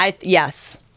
Yes